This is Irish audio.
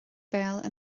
béal